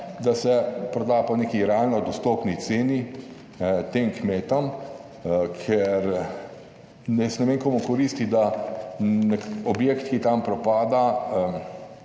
da se proda po neki realno dostopni ceni tem kmetom, ker jaz ne vem komu koristi, da nek objekt, ki tam propada,